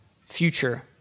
future